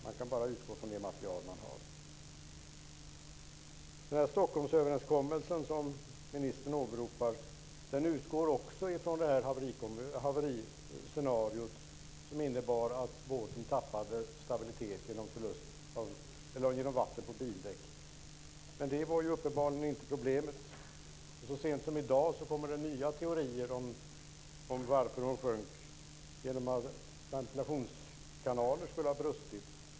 Man kan bara utgå från det material som finns. Stockholmsöverenskommelsen, som ministern åberopar, utgår också från det haveriscenario som innebar att båten tappade stabilitet genom vatten på bildäck. Men det var uppenbarligen inte problemet. Så sent som i dag kommer nya teorier om varför hon sjönk, nämligen genom att ventilationskanaler skulle ha brustit.